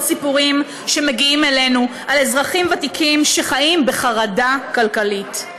סיפורים שמגיעים אלינו על אזרחים ותיקים שחיים בחרדה כלכלית.